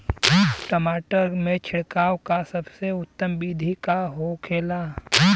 टमाटर में छिड़काव का सबसे उत्तम बिदी का होखेला?